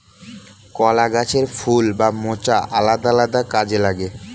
কলা গাছের ফুল বা মোচা আলাদা আলাদা কাজে লাগে